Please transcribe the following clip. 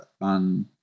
on